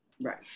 right